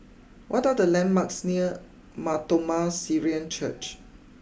what are the landmarks near Mar Thoma Syrian Church